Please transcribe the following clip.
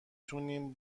تونیم